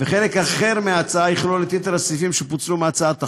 וחלק אחר מההצעה יכלול את יתר הסעיפים שפוצלו מהצעת החוק.